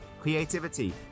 creativity